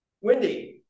Wendy